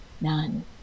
none